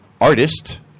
artist